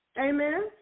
Amen